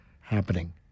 happening